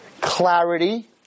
Clarity